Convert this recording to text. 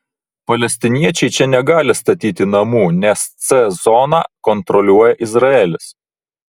palestiniečiai čia negali statyti namų nes c zoną kontroliuoja izraelis